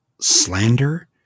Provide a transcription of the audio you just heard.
slander